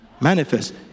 manifest